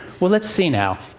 well, let's see now.